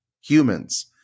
Humans